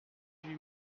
huit